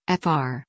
FR